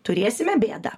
turėsime bėdą